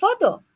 further